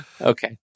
Okay